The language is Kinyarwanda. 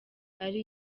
ari